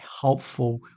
helpful